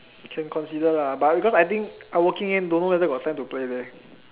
can consider lah but because I think I'm working eh don't know whether got time to play